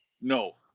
No